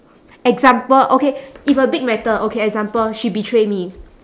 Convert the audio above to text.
example okay if a big matter okay example she betray me